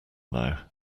now